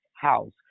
house